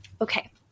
Okay